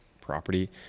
property